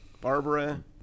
Barbara